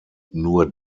nur